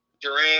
Durant